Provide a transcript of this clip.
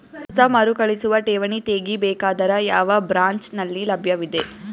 ಹೊಸ ಮರುಕಳಿಸುವ ಠೇವಣಿ ತೇಗಿ ಬೇಕಾದರ ಯಾವ ಬ್ರಾಂಚ್ ನಲ್ಲಿ ಲಭ್ಯವಿದೆ?